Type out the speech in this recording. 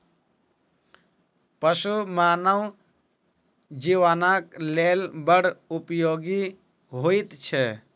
पशु मानव जीवनक लेल बड़ उपयोगी होइत छै